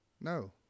No